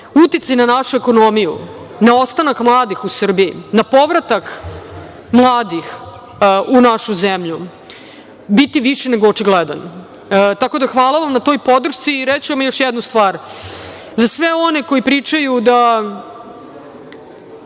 uticaj na našu ekonomiju, ne ostanak mladih u Srbiji, na povratak mladih u našu zemlju, biti više nego očigledan. Tako da hvala vam na toj podršci. Reći ću vam još jednu stvar. Za sve one koji pričaju da